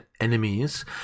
enemies